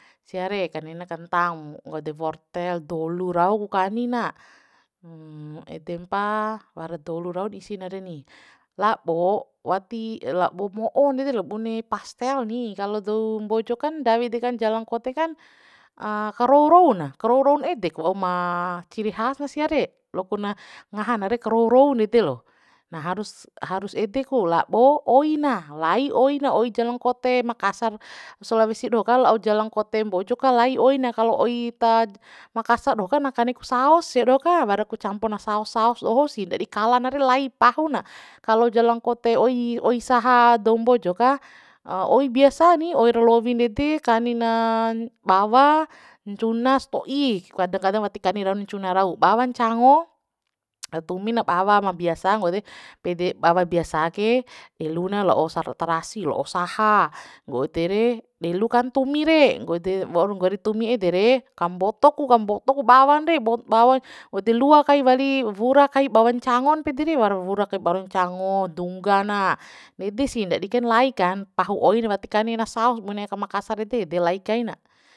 Sia re kani na kentang nggo ede wortel dolu rau ku kani na edempa wara dolu rau isi na reni labo wati labo mo'o ndede lo bune pastel ni kalo dou mbojo kan ndawi dekan jalangkote kan karou rouna karou roun edek wa'u ma ciri has na sia re loakuna ngaha na re karou rou nede lo na harus harus ede ku lab'o oi na lai oi na o jalangkote makasar sulawesi doho ka la'o jangkote mbojo ka lai oi na kalo oi ta makasar doho ka na kani ku saos sia doho ka wara ku campo na saos saos doho si nadi kala na re lai pahu na kalo jalangkote oi oi saha dou mbojo ka oi biasa ni oir lowi nede kani na bawa ncuna sto'i kadang kadang wati kani raun ncuna rau bawa ncango tumi na bawa ma biasa nggo ede pede bawa biasa ke elu na la'o sar tarasi la'o saha nggo ede re delu kan ntumi re nggo ede waur nggori tumi ede re kamboto ku kamboto ku bawan re bawa go ede lua kai wali wura kai bawa ncangon pede re wara bura kai bawa ncango dungga na nede sih ndadi kain lai kan pahu oi wati kani na saos bune ka makasar re de de lai kaina